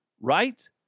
right